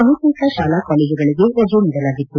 ಬಹುತೇಕ ಶಾಲಾ ಕಾಲೇಜುಗಳಿಗೆ ರಜೆ ನೀಡಲಾಗಿತ್ತು